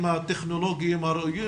האמצעים הטכנולוגיים הראויים,